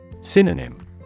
Synonym